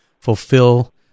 fulfill